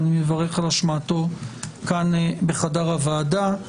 אני מברך על השמעתו כאן בחדר הוועדה.